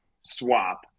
swap